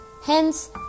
Hence